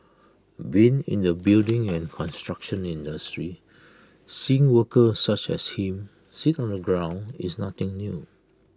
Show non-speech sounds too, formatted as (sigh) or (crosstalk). being in the building and construction industry (noise) seeing workers such as him sit on the ground is nothing new